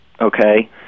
Okay